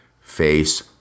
face